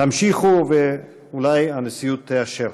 תמשיכו, ואולי הנשיאות תאשר.